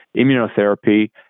immunotherapy